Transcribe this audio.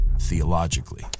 theologically